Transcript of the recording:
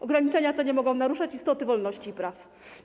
Ograniczenia te nie mogą naruszać istoty wolności i praw.